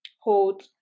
hold